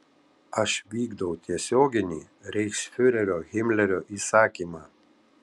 aš vykdau tiesioginį reichsfiurerio himlerio įsakymą